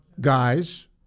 guys